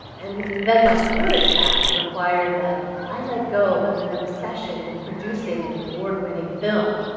and then, my current path required that i let go of an obsession with producing an award-winning film.